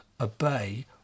obey